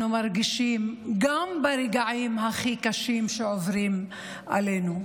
מרגישים גם ברגעים הכי קשים שעוברים עלינו.